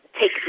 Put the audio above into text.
take